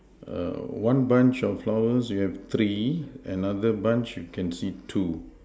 err one bunch of flowers you have three another bunch you can see two